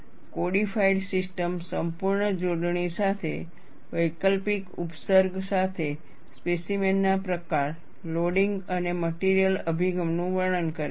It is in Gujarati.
કોડીફાઈડ સિસ્ટમ સંપૂર્ણ જોડણી સાથે વૈકલ્પિક ઉપસર્ગ સાથે સ્પેસીમેન ના પ્રકાર લોડિંગ અને મટેરિયલ અભિગમનું વર્ણન કરે છે